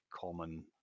common